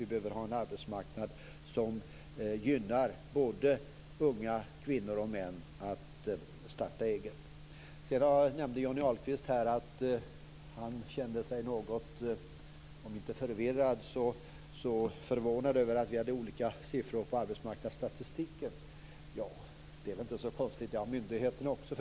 Vi behöver ha en arbetsmarknad som gynnar både unga kvinnor och unga män när det gäller att starta eget. Sedan nämnde Johnny Ahlqvist att han kände sig något om inte förvirrad så förvånad över att vi hade olika siffror vad gäller arbetsmarknadsstatistiken. Det är väl inte så konstigt. Det har myndigheterna också.